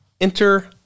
Enter